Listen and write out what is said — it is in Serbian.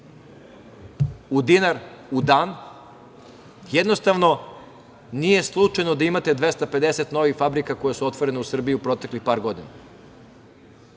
u dinar, u dan. Jednostavno, nije slučajno da imate 250 novih fabrika koje su otvorene u Srbiji u proteklih par godina. Da